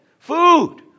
Food